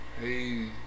Hey